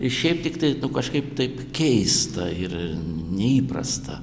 šiaip tiktai nu kažkaip taip keista ir neįprasta